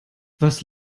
was